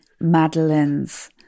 madeleines